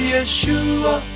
Yeshua